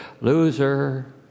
loser